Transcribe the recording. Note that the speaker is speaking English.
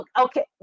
Okay